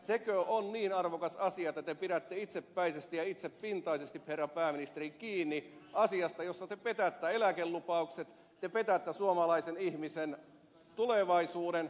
sekö on niin arvokas asia että te pidätte itsepäisesti ja itsepintaisesti herra pääministeri kiinni asiasta jossa te petätte eläkelupaukset te petätte suomalaisen ihmisen tulevaisuuden